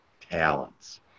talents